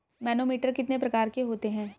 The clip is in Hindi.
मैनोमीटर कितने प्रकार के होते हैं?